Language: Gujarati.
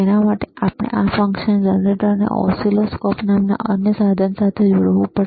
તેના માટે આપણે આ ફંક્શન જનરેટરને ઓસિલોસ્કોપ નામના અન્ય સાધન સાથે જોડવું પડશે